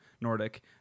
Nordic